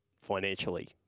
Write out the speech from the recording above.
financially